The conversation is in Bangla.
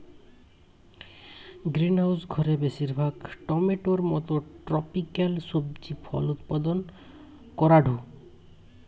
গ্রিনহাউস ঘরে বেশিরভাগ টমেটোর মতো ট্রপিকাল সবজি ফল উৎপাদন করাঢু